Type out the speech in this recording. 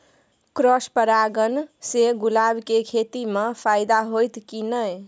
Cross परागण से गुलाब के खेती म फायदा होयत की नय?